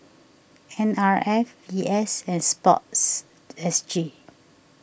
N R F V S and Sports S G